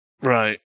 Right